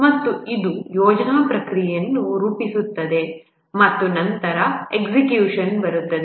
ಮತ್ತು ಇದು ಯೋಜನಾ ಪ್ರಕ್ರಿಯೆಯನ್ನು ರೂಪಿಸುತ್ತದೆ ಮತ್ತು ನಂತರ ಎಕ್ಸಿಕ್ಯುಷನ್ ಬರುತ್ತದೆ